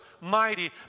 mighty